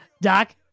Doc